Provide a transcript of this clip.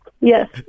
Yes